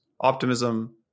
Optimism